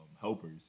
helpers